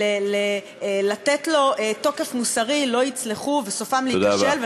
ולתת לו תוקף מוסרי לא יצלחו וסופם להיכשל,